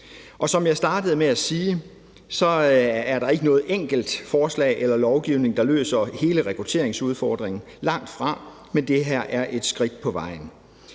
Som jeg startede med at sige, er der ikke noget enkelt forslag eller lovgivning, der løser hele rekrutteringsudfordringen, langtfra, men det her er et skridt på vejen.